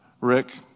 Rick